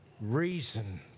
reason